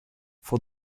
for